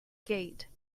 gate